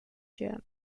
germ